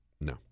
no